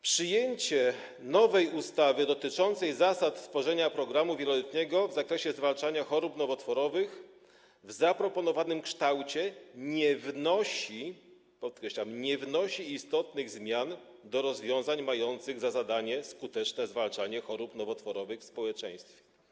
Przyjęcie nowej ustawy dotyczącej zasad tworzenia programu wieloletniego w zakresie zwalczania chorób nowotworowych w zaproponowanym kształcie nie wnosi - podkreślam: nie wnosi - istotnych zmian do rozwiązań mających za zadanie skuteczne zwalczanie chorób nowotworowych w społeczeństwie.